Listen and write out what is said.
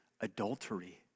adultery